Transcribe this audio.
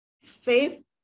Faith